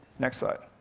next slide.